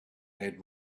made